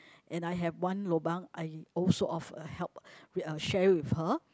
and I have one lobang I also offer help share with her